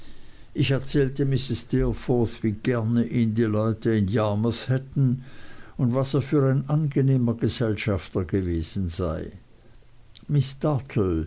ich erzählte mrs steerforth wie gerne ihn die leute in yarmouth hätten und was er für ein angenehmer gesellschafter gewesen sei miß